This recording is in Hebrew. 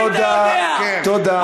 תודה.